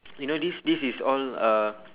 you know this this is all uh